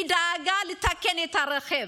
היא דאגה לתקן את הרכב.